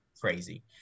crazy